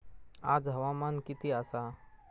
आज हवामान किती आसा?